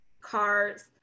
cards